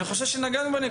אני חושב שנגענו בה,